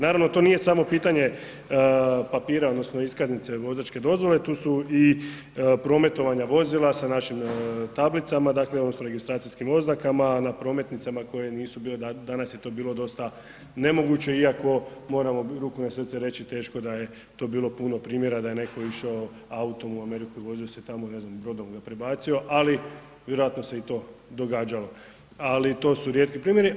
Naravno to nije samo pitanje papira odnosno iskaznice vozačke dozvole, tu su i prometovanja vozila sa našim tablicama dakle … registracijskim oznakama, a na prometnicama koje nisu bile danas je to bilo dosta nemoguće iako moramo ruku na srce reći teško da je to bilo puno primjera da je neko išao autom u Ameriku, vozio se tamo, ne znam brodom ga prebacio, ali vjerojatno se i to događalo, ali to su rijetki primjeri.